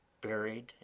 buried